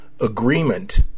agreement